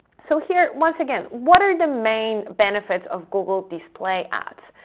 so here, once again, what are the main benefits of google display ads?